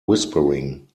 whispering